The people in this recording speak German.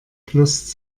fluss